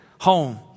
home